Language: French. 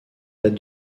tête